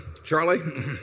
Charlie